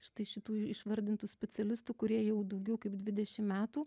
štai šitų išvardintų specialistų kurie jau daugiau kaip dvidešim metų